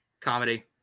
Comedy